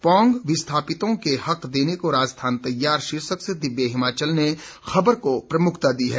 पौंग विस्थापितों के हक देने को राजस्थान तैयार शीर्षक से दिव्य हिमाचल ने खबर को प्रमुखता दी है